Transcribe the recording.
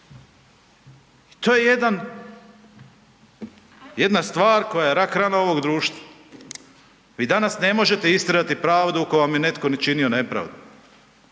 to je jedna stvar koja je rak rana ovog društva. Vi danas ne možete istjerati pravdu ako vam je netko načinio nepravdu,